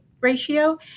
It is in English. ratio